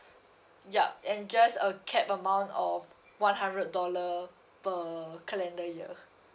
yup and just a capped amount of one hundred dollar per calendar year